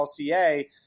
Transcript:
LCA